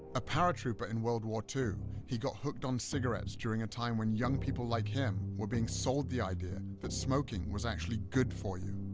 a paratrooper in world war ii, he got hooked on cigarettes during a time when young people like him were being sold the idea that smoking was actually good for you.